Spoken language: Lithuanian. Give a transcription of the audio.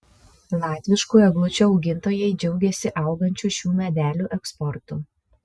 latviškų eglučių augintojai džiaugiasi augančiu šių medelių eksportu